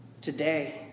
Today